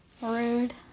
Rude